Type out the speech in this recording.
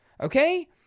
Okay